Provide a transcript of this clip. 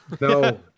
No